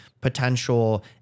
potential